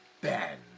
Ben